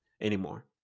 anymore